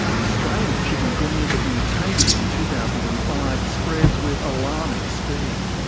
the strain of chikungunya that mutated in two thousand and five spreads with alarming speed.